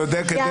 צודקת.